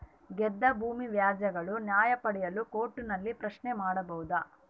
ಗದ್ದೆ ಭೂಮಿ ವ್ಯಾಜ್ಯಗಳ ನ್ಯಾಯ ಪಡೆಯಲು ಕೋರ್ಟ್ ನಲ್ಲಿ ಪ್ರಶ್ನೆ ಮಾಡಬಹುದಾ?